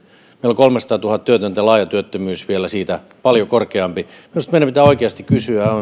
on kolmesataatuhatta työtöntä ja laaja työttömyys vielä siitä paljon korkeampi minusta meidän pitää oikeasti kysyä